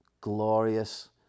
glorious